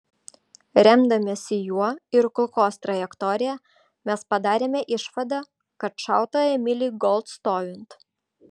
remdamiesi juo ir kulkos trajektorija mes padarėme išvadą kad šauta emilei gold stovint